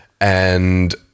and-